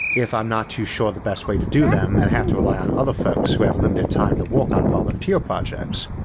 if i'm not too sure the best way to do them and have to rely on other folks who have limited time to work on volunteer projects.